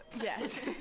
Yes